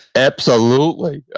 absolutely.